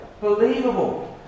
believable